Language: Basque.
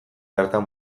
hartan